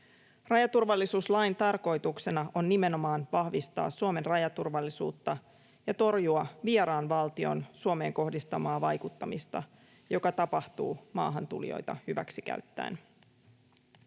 Rajaturvallisuuslain tarkoituksena on nimenomaan vahvistaa Suomen rajaturvallisuutta ja torjua vieraan valtion Suomeen kohdistamaan vaikuttamista, joka tapahtuu maahantulijoita hyväksikäyttäen.